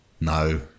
No